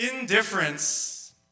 indifference